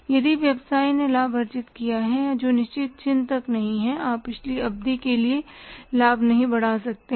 यदि व्यवसाय ने लाभ अर्जित किया है और जो निश्चित चिन्ह तक नहीं है आप पिछली अवधि के लिए लाभ नहीं बढ़ा सकते हैं